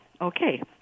Okay